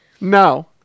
No